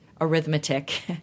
arithmetic